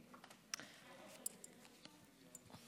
שלוש דקות.